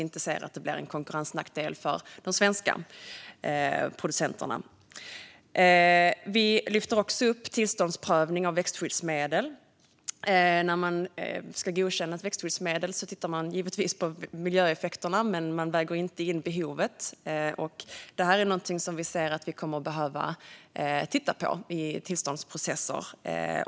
Det får inte bli en konkurrensnackdel för de svenska producenterna. Vi lyfter också upp tillståndsprövning av växtskyddsmedel. När man ska godkänna ett växtskyddsmedel tittar man givetvis på miljöeffekterna, men man väger inte in behovet. Det här är någonting som vi ser att vi kommer att behöva titta på i tillståndsprocesser.